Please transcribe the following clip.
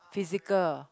physical